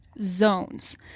zones